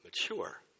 mature